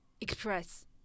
express